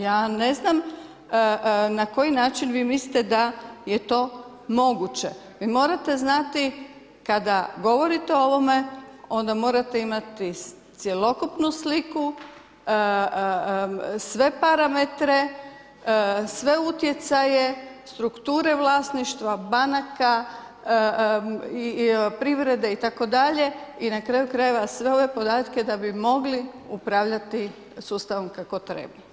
Ja ne znam na koji način vi mislite da je to moguće, vi morate znati, kada govorite o ovome, onda morate imati cjelokupnu sliku, sve parametre, sve utjecaje, strukture vlasništva, banaka, privrede itd. i na kraju krajeva sve ove podatke da bi mogli upravljati sustavom kako treba.